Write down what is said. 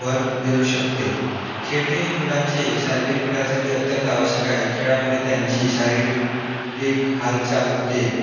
भर देऊ शकते खेळणे हे मुलांचे शारीरिक विकासासाठी अत्यंत आवश्यक आहे खेळामुळे त्यांची शारीरी रिक हालचाल होते